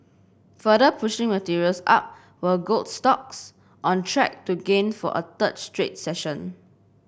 further pushing materials up were gold stocks on track to gain for a third straight session